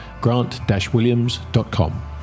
grant-williams.com